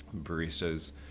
baristas